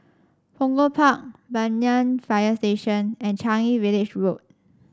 Punggol Park Banyan Fire Station and Changi Village Road